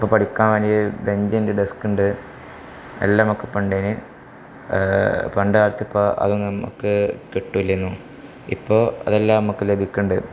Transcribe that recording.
നമുക്കിപ്പോള് പഠിക്കാന് ബഞ്ചുണ്ട് ഡെസ്ക്കുണ്ട് എല്ലാം നമുക്കിപ്പൊണ്ടീനി പണ്ട് കാലത്തിപ്പം അതൊന്നും നമുക്ക് കിട്ടൂലേനു ഇപ്പോള് അതെല്ലാം നമുക്ക് ലഭിക്കുന്നുണ്ട്